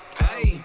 hey